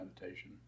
meditation